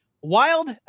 wild